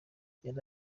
yagize